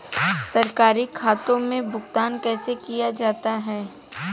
सरकारी खातों में भुगतान कैसे किया जाता है?